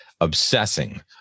obsessing